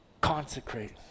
Consecrate